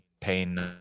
pain